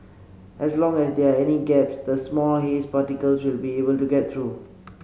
as long as there are any gaps the small haze particles will be able to get through